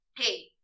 Hey